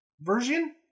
version